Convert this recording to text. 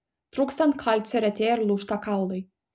trūkstant kalcio retėja ir lūžta kaulai